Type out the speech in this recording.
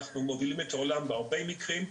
אנחנו מובילים את העולם בהרבה מקרים.